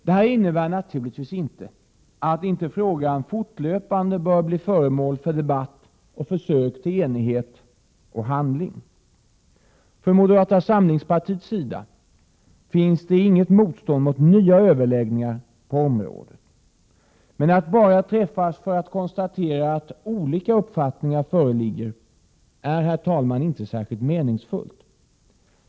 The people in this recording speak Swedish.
Det innebär naturligtvis inte att inte frågan fortlöpande bör bli föremål för debatt och försök till enighet och handling. Från moderata samlingspartiets sida finns det inget motstånd mot nya överläggningar på området, men att bara träffas för att konstatera att olika uppfattningar föreligger är, herr talman, inte särskilt meningsfullt.